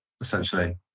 essentially